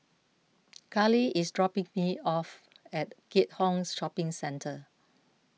Kali is dropping me off at Keat Hong Shopping Centre